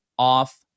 off